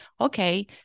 okay